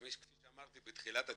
כפי שאמרתי בתחילת הדיון,